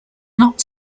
not